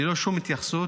ללא שום התייחסות